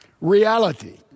reality